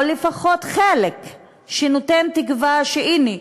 או לפחות חלק שנותן תקווה שהנה,